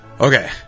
Okay